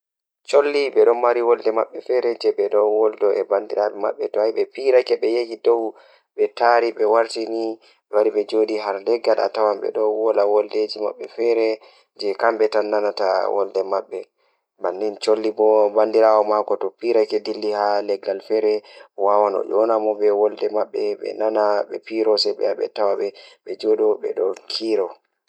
Eh ɗum boɗɗum masin kondei ayaha asupta mo laamata ma Tawa e laawol politik, vote ndiyam e hakkunde caɗeele ɓe. Ko sabu hakkunde e election, yimɓe foti heɓugol farɗe, kala moƴƴi foti yewtude laawol tawa hayɓe. Kono, wano waɗde vote, ko moƴƴi njama aɗɗa faami, heɓugol firtiiɗo ngoodi, fota hayɓe ngam firtiimaaji.